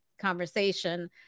conversation